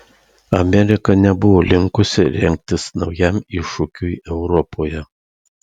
amerika nebuvo linkusi rengtis naujam iššūkiui europoje